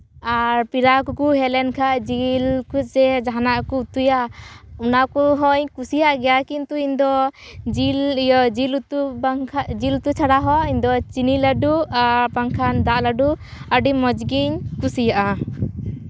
ᱟᱨ ᱯᱮᱲᱟ ᱠᱚᱠᱚ ᱦᱮᱡ ᱞᱮᱱ ᱠᱷᱟᱱ ᱡᱤᱞ ᱠᱚᱥᱮ ᱡᱟᱦᱟᱱᱟᱜ ᱠᱚ ᱩᱛᱩᱭᱟ ᱚᱱᱟ ᱠᱚᱦᱚᱧ ᱠᱩᱥᱤᱭᱟᱜ ᱜᱮᱭᱟ ᱠᱤᱱᱛᱩ ᱤᱧ ᱫᱚ ᱡᱤᱞ ᱤᱭᱟᱹ ᱡᱤᱞ ᱩᱛᱩ ᱵᱟᱝᱠᱷᱟᱱ ᱡᱤᱞ ᱩᱛᱩ ᱪᱷᱟᱲᱟ ᱦᱚᱸ ᱤᱧ ᱫᱚ ᱪᱤᱱᱤ ᱞᱟᱹᱰᱩ ᱟᱨ ᱵᱟᱝᱠᱷᱟᱱ ᱫᱟᱜ ᱞᱟᱰᱩ ᱟᱹᱰᱤ ᱢᱚᱡᱽ ᱜᱤᱧ ᱠᱩᱥᱤᱭᱟᱜᱼᱟ